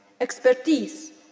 expertise